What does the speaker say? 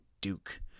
Duke